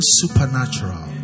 supernatural